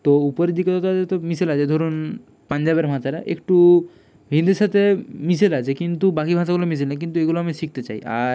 তো উপরের দিকে যতো আছে তত মিশেল আছে ধরুন পাঞ্জাবের ভাষাটা একটু হিন্দির সাথে মিশেল আছে কিন্তু বাকি ভাষাগুলো মিশেল নেই কিন্তু এগুলো আমি শিখতে চাই আর